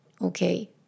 Okay